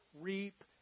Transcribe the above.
reap